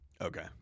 Okay